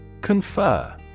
Confer